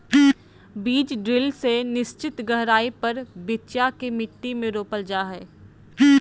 बीज ड्रिल से निश्चित गहराई पर बिच्चा के मट्टी में रोपल जा हई